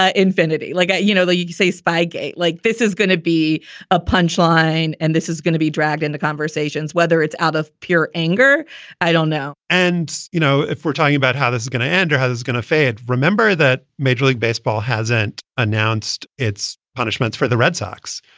ah infinity like, you know, you you say spygate, like this is going to be a punch line and this is going to be dragged into conversations, whether it's out of pure anger i don't know. and, you know, if we're talking about how this is going to end or how is going to fade, remember that major league baseball hasn't announced its punishments for the red sox,